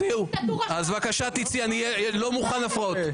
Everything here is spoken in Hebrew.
בבקשה תצאי, אני לא מוכן להפרעות.